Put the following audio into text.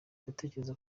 ndatekereza